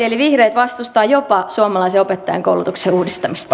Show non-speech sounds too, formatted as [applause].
[unintelligible] eli vihreät vastustavat jopa suomalaisen opettajankoulutuksen uudistamista [unintelligible]